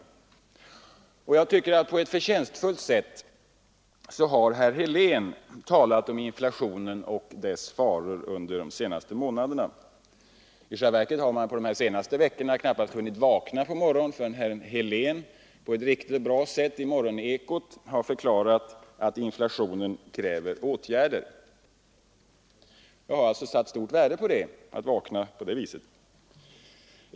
Under de senaste månaderna har herr Helén på ett förtjänstfullt sätt talat om inflationen och dess faror. I själva verket har man under de senaste veckorna knappast hunnit vakna om morgonen förrän herr Helén på ett riktigt och bra sätt i morgonekot förklarat att inflationen kräver åtgärder. Jag har satt stort värde på att vakna på det viset.